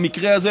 במקרה הזה,